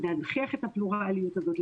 להנכיח את הפלורליסטיות הזאת,